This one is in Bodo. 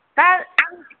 दा आं